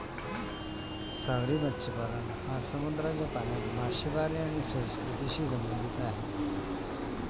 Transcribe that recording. सागरी मत्स्यपालन हा समुद्राच्या पाण्यात मासेमारी आणि संस्कृतीशी संबंधित आहे